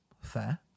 fair